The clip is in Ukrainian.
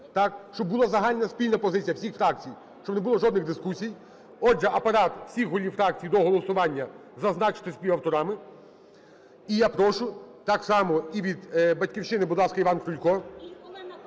щоб була загальна спільна позиція всіх фракцій, щоб не було жодних дискусій. Отже, Апарат, всіх голів фракцій до голосування зазначити співавторами. І я прошу так само і від "Батьківщини", будь ласка, Іван Крулько.